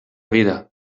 vida